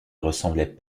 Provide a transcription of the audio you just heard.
ressemblait